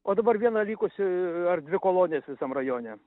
o dabar viena likusi ar dvi kolonijas visam rajone